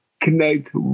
connect